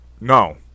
No